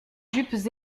jupes